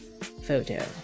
photo